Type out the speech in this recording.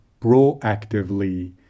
proactively